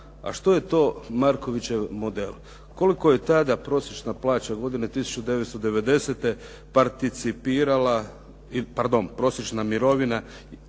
A što je to Markovićev model? Koliko je tada prosječna plaća godine 1990. participirala, pardon prosječna mirovina